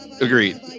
Agreed